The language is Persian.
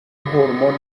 هورمون